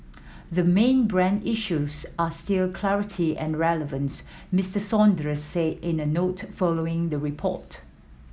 the main brand issues are still clarity and relevance Mister Saunders said in a note following the report